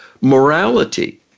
morality